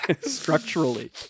structurally